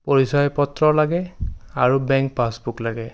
পৰিচয়পত্ৰ লাগে আৰু bank passbook লাগে